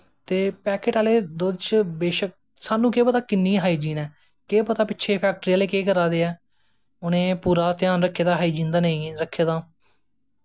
ते पैक्ट आह्ले दुध्द च बेशक स्हानू केह् पता किन्नी हाईजीन ऐ केह् पता पिच्छें फैक्ट्री आह्ले केह् करा दे ऐं उनें पूरा ध्यान रक्खे दा हाईजीन दा जां नेई रक्खे दा